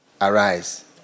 Arise